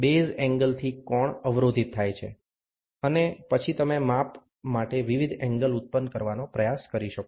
base એંગલથી કોણ અવરોધિત થાય છે અને પછી તમે માપ માટે વિવિધ એન્ગલ ઉત્પન્ન કરવાનો પ્રયાસ કરી શકો છો